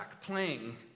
playing